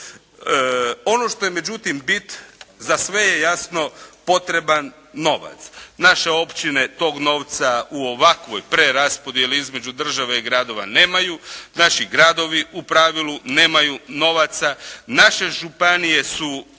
Ono što je međutim bit, za sve je jasno potreban novac. Naše općine tog novca u ovakvoj preraspodijeli između države i gradova nemaju. Naši gradovi u pravilu nemaju novaca, naše županije su